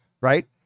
Right